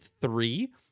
three